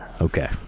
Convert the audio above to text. okay